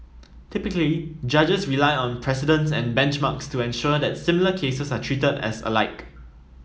typically judges rely on precedents and benchmarks to ensure that similar cases are treated as alike